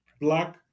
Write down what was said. Black